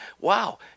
wow